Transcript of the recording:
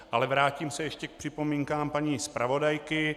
Ale vrátím se ještě k připomínkám paní zpravodajky.